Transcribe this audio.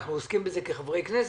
אנחנו עוסקים בזה כחברי כנסת,